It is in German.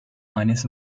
eines